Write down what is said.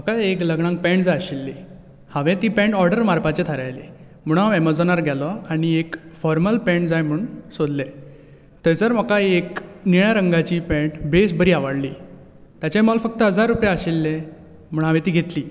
म्हाका एक लग्नाक पेण्ट जाय आशिल्ली हांवें ती पेण्ट ऑर्डर मारपाचें थारायलें म्हणोन हांव एमेजाॅनार गेलों आनी एक फाॅर्मल पेण्ट जाय म्हूण सोदलें थंयसर म्हाका एक निळ्या रंगाची पेण्ट बेस बरी आवडली ताचें मोल फक्त हजार रुपया आशिल्लें म्हण हांवें ती घेतली